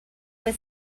was